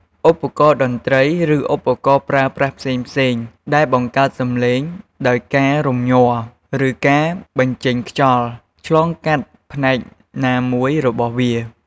ឧបករណ៍តន្រ្តី ឬឧបករណ៍ប្រើប្រាស់ផ្សេងៗ ដែលបង្កើតសំឡេងដោយការរំញ័រ ឬការបញ្ចេញខ្យល់ឆ្លងកាត់ផ្នែកណាមួយរបស់វា។